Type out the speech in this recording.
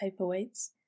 paperweights